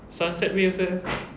sunset way also have